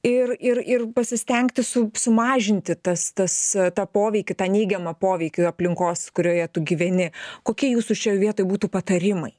ir ir ir pasistengti su sumažinti tas tas tą poveikį tą neigiamą poveikį aplinkos kurioje tu gyveni kokie jūsų šioj vietoj būtų patarimai